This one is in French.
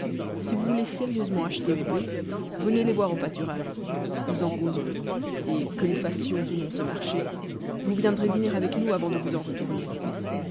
si vous voulez sérieusement acheter mes bufs venez les voir au pâturage nous en causerons et que nous fassions ou non ce marché vous viendrez dîner avec nous avant de vous en retourner